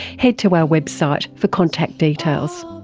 head to our website for contact details.